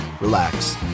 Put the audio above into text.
Relax